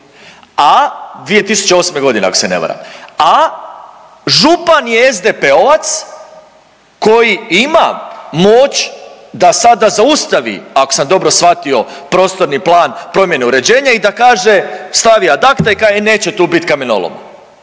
a 2008. godine ako se ne varam, a župan je SDP-ovac koji ima moć da sada zaustavi ako sam dobro shvatio prostorni plan, promjene uređenja i da kaže stavi ad acta i kaže e neće tu biti kamenolom.